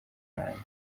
banjye